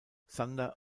sander